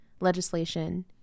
legislation